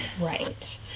Right